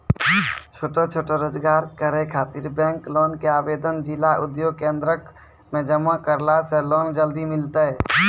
छोटो छोटो रोजगार करै ख़ातिर बैंक लोन के आवेदन जिला उद्योग केन्द्रऽक मे जमा करला से लोन जल्दी मिलतै?